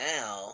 Now